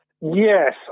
Yes